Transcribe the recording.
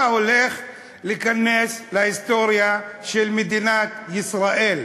אתה הולך להיכנס להיסטוריה של מדינת ישראל.